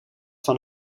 van